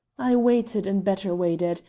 i waited and better waited,